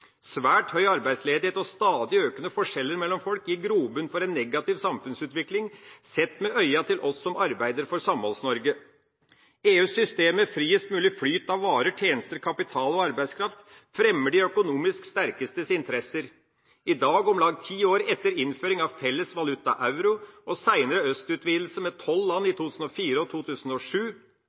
Svært høy arbeidsledighet og stadig økende forskjeller mellom folk gir grobunn for en negativ samfunnsutvikling, sett med øya til oss som jobber for Samholds-Norge. EUs system med friest mulig flyt av varer, tjenester, kapital og arbeidskraft fremmer de økonomisk sterkestes interesser. I dag – omtrent ti år etter innføringen av felles valuta, euro, og senere utvidelsen østover med tolv land i 2004 og 2007